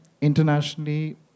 internationally